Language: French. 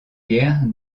guerre